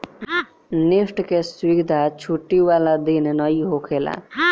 NEFT के सुविधा छुट्टी वाला दिन नाइ होखेला